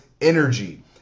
energy